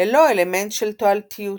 ללא אלמנט של תועלתיות.